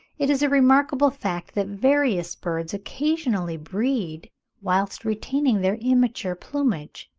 it is a remarkable fact that various birds occasionally breed whilst retaining their immature plumage.